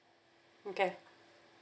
okay